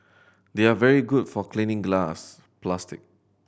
they are very good for cleaning glass plastic